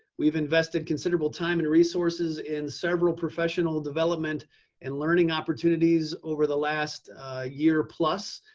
we've invested considerable time and resources in several professional development and learning opportunities over the last year plus.